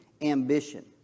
Ambition